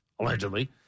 allegedly